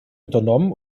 unternommen